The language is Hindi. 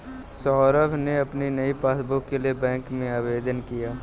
सौरभ ने अपनी नई पासबुक के लिए बैंक में आवेदन किया